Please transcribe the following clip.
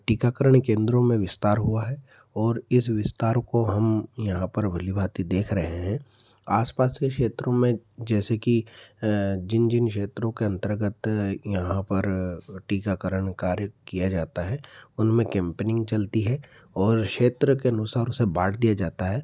टीकाकरण केन्द्रों में विस्तार हुआ है और इस विस्तार को हम यहाँ पर भली भांति देख रहे हैं आसपास के क्षेत्रों में जैसे कि जिन जिन क्षेत्रों के अंतर्गत यहाँ पर टीकाकरण कार्य किया जाता है उनमें केम्पनिंग चलती है और क्षेत्र के अनुसार उसे बाँट दिया जाता है